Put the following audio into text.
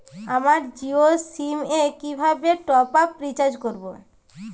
আমার জিও সিম এ কিভাবে টপ আপ রিচার্জ করবো?